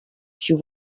she